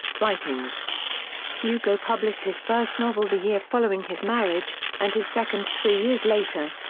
writings hugo published his first novel the year following his marriage, and his second three years later.